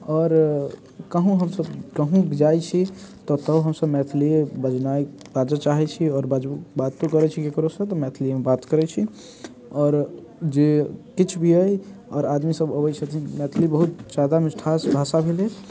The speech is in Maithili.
आओर कहुँ हम सभ कहुँ जाइत छी तऽ ओतहुँ हम सभ मैथिलिये बजनाइ आओर बाजऽ चाहैत छी आओर बजबो बातो करैत छी ककरोसँ तऽ मैथलियेमे बात करैत छी आओर जे किछु भी यऽ आओर आदमी सभ अबैत छथिन मैथिली बहुत जादा मिठास भाषा भेलै